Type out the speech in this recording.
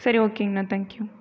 சரி ஓகேங்கணா தேங்க்யூ